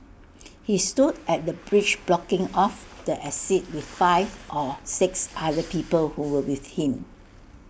he stood at the bridge blocking off the exit with five or six other people who were with him